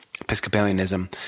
Episcopalianism